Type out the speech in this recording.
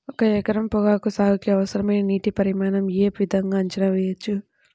ఒక ఎకరం పొగాకు సాగుకి అవసరమైన నీటి పరిమాణం యే విధంగా అంచనా వేయవచ్చు?